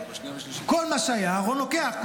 כל מה שהיה, לוקח.